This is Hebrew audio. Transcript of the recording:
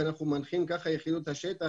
כך הנחינו את השטח,